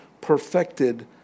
perfected